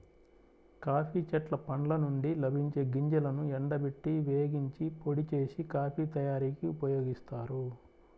coffee చెట్ల పండ్ల నుండి లభించే గింజలను ఎండబెట్టి, వేగించి, పొడి చేసి, కాఫీ తయారీకి ఉపయోగిస్తారు